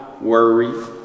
worry